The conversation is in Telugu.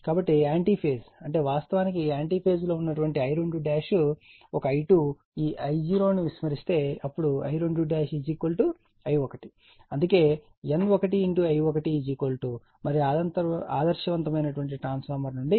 కాబట్టి యాంటీ ఫేజ్ అంటే వాస్తవానికి యాంటీ ఫేజ్లో ఉన్న I2 ఒక I2 ఈ I0 ను విస్మరిస్తే అప్పుడు I2 I1 అందుకే నేను N1 I1 మరియు ఆదర్శవంతమైన ట్రాన్స్ఫార్మర్ నుండి